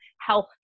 health